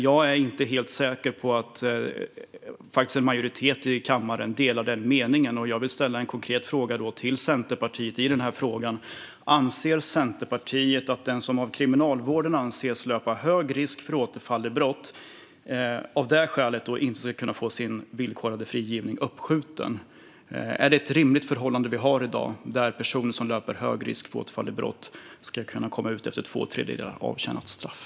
Jag är inte säker på att en majoritet i kammaren delar den ståndpunkten. Jag vill därför ställa en konkret fråga till Centerpartiet om detta: Anser Centerpartiet att den som av Kriminalvården anses löpa hög risk för återfall i brott inte av detta skäl ska kunna få sin villkorliga frigivning uppskjuten? Är det ett rimligt förhållande vi har i dag, där personer som löper hög risk för återfall i brott ska kunna komma ut efter två tredjedelar av avtjänat straff?